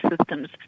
systems